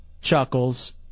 Chuckles